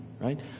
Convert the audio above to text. right